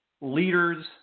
leaders